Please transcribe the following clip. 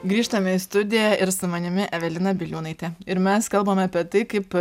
grįžtame į studiją ir su manimi evelina biliūnaitė ir mes kalbame apie tai kaip